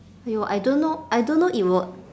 !aiyo! I don't know I don't know it will